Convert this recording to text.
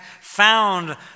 found